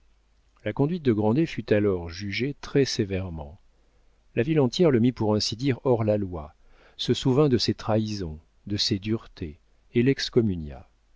la conduite de grandet fut alors jugée très sévèrement la ville entière le mit pour ainsi dire hors la loi se souvint de ses trahisons de ses duretés et